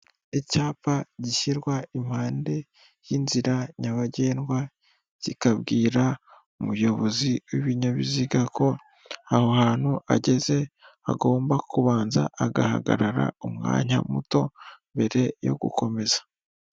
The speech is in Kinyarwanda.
Icyapa gishyirwa impande y'inzira nyabagendwa, kikabwira umuyobozi w'ibinyabiziga ko aho hantu ageze hagomba kubanza agahagarara umwanya muto mbere yo gukomeza.